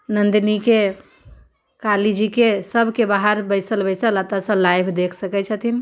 नन्दनीके काली जीके सभके बाहर बैसल बैसल अतऽसँ लाइव देख सकै छथिन